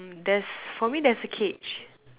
there's for me there's a cage